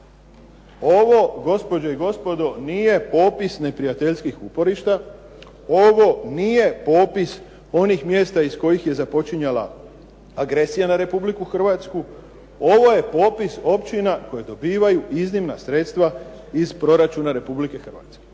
Ovo gospođe i gospodo nije opis neprijateljskih uporišta, ovo nije popis onih mjesta iz kojih je započinjala agresija na Republiku Hrvatsku, ovo je popis općina koja dobivaju iznimna sredstva iz proračuna Republike Hrvatske.